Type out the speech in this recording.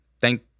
Thank